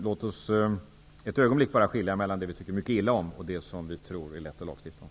Låt oss ett ögonblick skilja mellan det vi tycker mycket illa om och det som vi tror är lätt att lagstifta om.